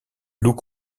loup